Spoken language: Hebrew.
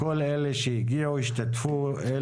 אני רוצה להודות לכל אלה שהגיעו והשתתפו בדיון,